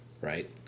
right